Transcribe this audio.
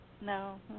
No